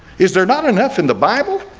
is there not enough in the bible?